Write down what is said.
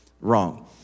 wrong